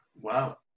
Wow